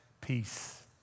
peace